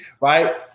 right